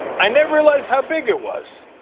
i never realized how big it was.